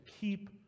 keep